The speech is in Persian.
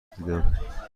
دیدم